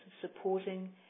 supporting